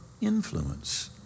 Influence